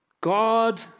God